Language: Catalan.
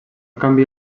canvia